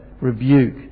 rebuke